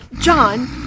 John